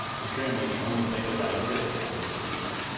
it's currently the only place that i exist on wikipedia.